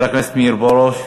חבר הכנסת מאיר פרוש,